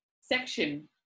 section